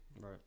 Right